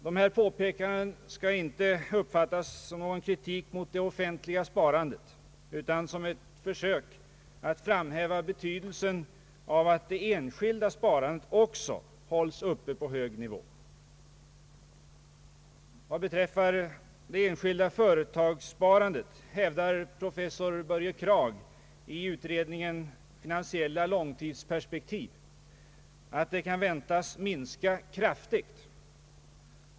Dessa påpekanden skall inte uppfattas som någon kritik mot det offentliga sparandet, utan som ett försök att framhäva betydelsen av att det enskilda sparandet också hålls uppe på hög nivå. Vad beträffar det enskilda företagssparandet hävdar professor Börje Kragh i utredningen »Finansiella långtidsperspektiv», att detta kan väntas minska kraftigt.